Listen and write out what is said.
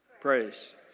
praise